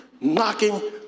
knocking